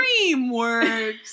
DreamWorks